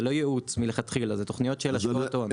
זה לא ייעוץ מלכתחילה, אלא תוכניות של השקעות הון.